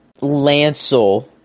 Lancel